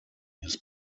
his